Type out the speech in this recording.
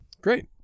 Great